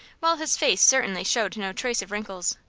while his face certainly showed no trace of wrinkles.